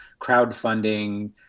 crowdfunding